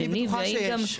אני בטוחה שיש.